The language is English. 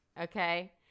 okay